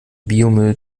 biomüll